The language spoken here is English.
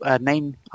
name